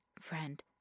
friend